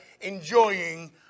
enjoying